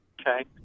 Okay